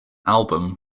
album